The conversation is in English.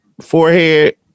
forehead